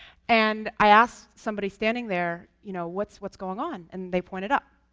and i asked somebody standing there, you know what's what's going on? and they pointed up.